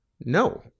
No